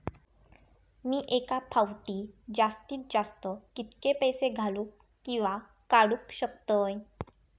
मी एका फाउटी जास्तीत जास्त कितके पैसे घालूक किवा काडूक शकतय?